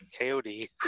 KOD